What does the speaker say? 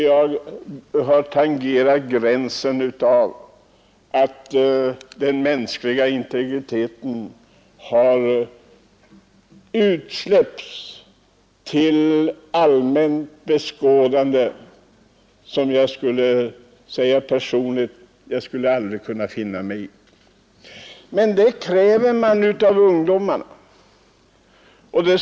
Jag tycker att den personliga integriteten då ställs ut till allmänt beskådande, och det skulle jag personligen aldrig kunna finna mig i. Men man kräver att ungdomarna skall klara det.